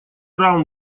раунд